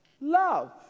love